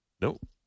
Nope